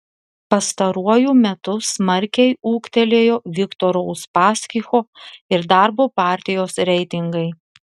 pastaruoju metu smarkiai ūgtelėjo viktoro uspaskicho ir darbo partijos reitingai